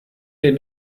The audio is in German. den